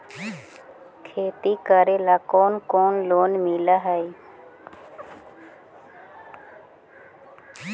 खेती करेला कौन कौन लोन मिल हइ?